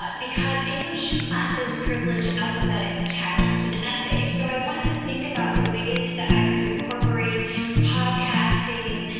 but because english classes privilege alphabetic texts and essays. so i wanted to think about the ways that i could incorporate podcasting,